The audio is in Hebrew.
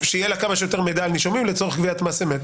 שיהיה לה כמה שיותר מידע על נישומים לצורך גביית מס אמת.